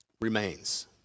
remains